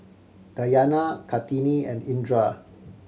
Dayana Kartini and Indra